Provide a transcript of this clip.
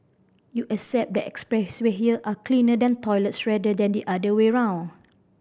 you accept that expressway here are cleaner than toilets rather than the other way around